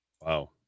Wow